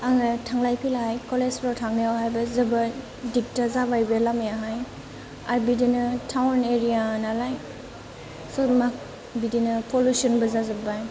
आङो थांलाय फैलाय कलेजफोर थांनायावहायबो जोबोर दिगदार जाबाय बे लामायाहाय आरो बिदिनो टाउन एरिया नालाय सोर मा बिदिनो पलिउसनबो जाजोब्बाय